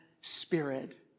spirit